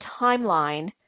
timeline